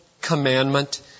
commandment